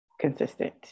consistent